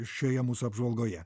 šioje mūsų apžvalgoje